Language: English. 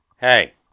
Hey